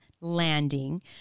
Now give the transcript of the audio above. landing